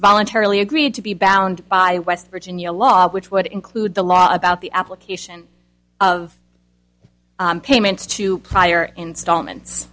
voluntarily agreed to be bound by west virginia law which would include the law about the application of payments to prior instalment